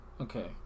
Okay